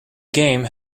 game